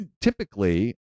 Typically